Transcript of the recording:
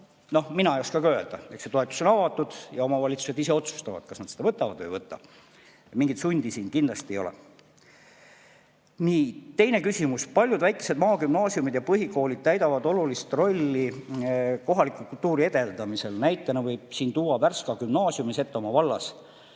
teha. Mina ei oska seda öelda, see toetus on avatud ja omavalitsused ise otsustavad, kas nad seda võtavad või ei võta. Mingit sundi siin kindlasti ei ole. Nii, teine küsimus: "Paljud väikesed maagümnaasiumid ja ‑põhikoolid täidavad olulist rolli kohaliku kultuuri edendamisel. Näitena võib siin tuua Värska gümnaasiumi Setomaa vallas.